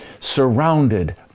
surrounded